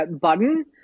Button